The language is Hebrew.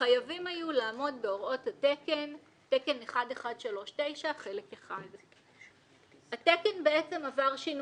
חייבים היו לעמוד בהוראות תקן 1139 חלק 1. התקן בעצם עבר שינויים.